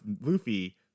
Luffy